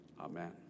amen